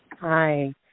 Hi